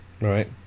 Right